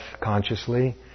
consciously